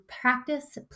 practice